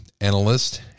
analyst